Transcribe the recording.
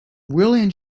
william